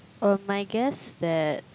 um I guess that